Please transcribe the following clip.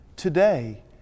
today